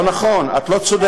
לא נכון, את לא צודקת.